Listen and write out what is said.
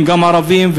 הם ערבים,